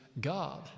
God